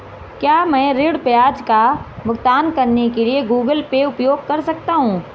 क्या मैं ऋण ब्याज का भुगतान करने के लिए गूगल पे उपयोग कर सकता हूं?